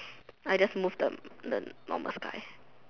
I just move the the normal sky